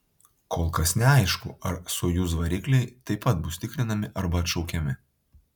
kol kas neaišku ar sojuz varikliai taip pat bus tikrinami arba atšaukiami